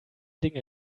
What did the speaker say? dinge